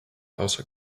außer